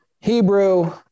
Hebrew